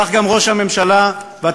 כך גם ראש הממשלה ואתה,